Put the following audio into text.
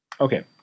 Okay